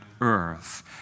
earth